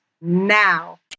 now